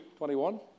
21